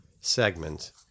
segment